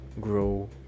grow